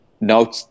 No